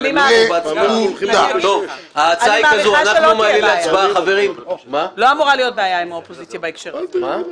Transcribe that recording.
מאוד חשוב לי לשמוע את איילת כי כל נציגי האופוזיציה הלכו.